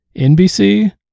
NBC